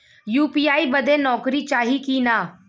UPI बदे नौकरी चाही की ना?